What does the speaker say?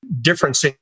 difference